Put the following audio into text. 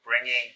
bringing